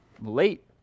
late